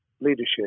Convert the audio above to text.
leadership